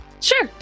Sure